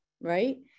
right